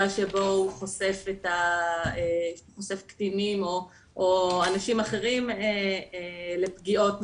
שחושף קטינים או אנשים אחרים לפגיעות נוספות,